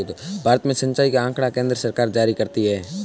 भारत में सिंचाई का आँकड़ा केन्द्र सरकार जारी करती है